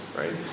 right